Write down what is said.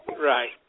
Right